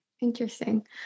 Interesting